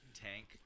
Tank